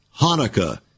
Hanukkah